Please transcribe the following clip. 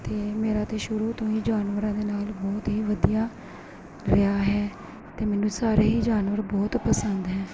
ਅਤੇ ਮੇਰਾ ਤਾਂ ਸ਼ੁਰੂ ਤੋਂ ਹੀ ਜਾਨਵਰਾਂ ਦੇ ਨਾਲ ਬਹੁਤ ਹੀ ਵਧੀਆ ਰਿਹਾ ਹੈ ਅਤੇ ਮੈਨੂੰ ਸਾਰੇ ਹੀ ਜਾਨਵਰ ਬਹੁਤ ਪਸੰਦ ਹੈ